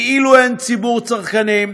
כאילו אין ציבור צרכנים,